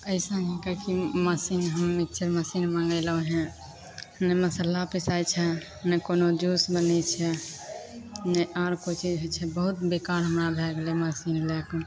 अइसन हिकै कि मशीन हमे छिए मशीन मँगेलहुँ हँ नहि मसल्ला पिसाइ छै नहि कोनो जूस बनै छै नहि आओर कोइ चीज होइ छै बहुत बेकार हमरा भै गेलै मशीन लैके